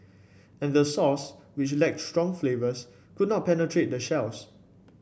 and the sauce which lacked strong flavours could not penetrate the shells